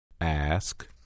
Ask